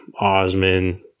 Osman